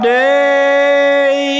day